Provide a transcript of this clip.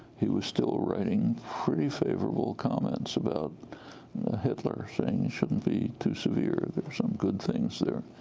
he was still writing pretty favorable comments about hitler, saying you shouldn't be too severe, there are some good things there.